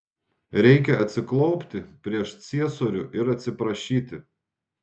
reikia atsiklaupti prieš ciesorių ir atsiprašyti